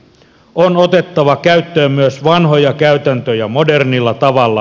on otettava käyttöön myös vanhoja käytäntöjä modernilla tavalla